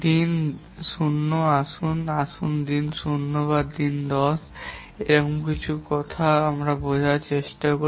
দিন 0 আসুন আমরা দিন 0 বা দিন 10 বা কোনও কিছুর অর্থ হল বোঝার চেষ্টা করি